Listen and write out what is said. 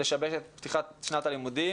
לשבש את פתיחת שנת הלימודים.